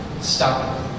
Stop